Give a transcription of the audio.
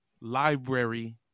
library